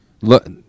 look